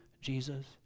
Jesus